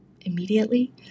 immediately